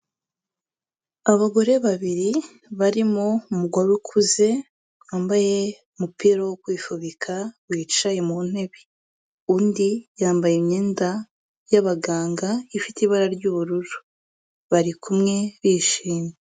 Abagore babiri barimo umugore ukuze wambaye umupira wo kwifubika wicaye mu ntebe, undi yambaye imyenda y'abaganga ifite ibara ry'ubururu, bari kumwe bishimye.